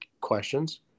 questions